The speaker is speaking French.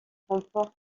remporte